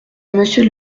monsieur